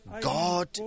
God